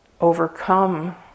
overcome